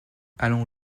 allons